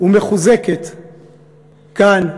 ומחוזקת כאן,